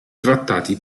trattati